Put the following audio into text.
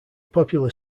popular